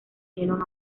unieron